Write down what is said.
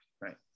right